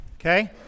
okay